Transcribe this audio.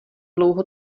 dlouho